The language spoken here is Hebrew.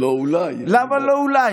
למה לא אולי?